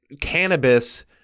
cannabis